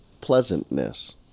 pleasantness